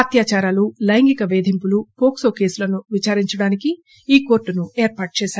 అత్యాదారాలు లైంగిక పేధింపులు వోక్సో కేసులను విచారించడానికి ఈ కోర్టును ఏర్పాటు చేశారు